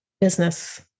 business